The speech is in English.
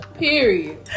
period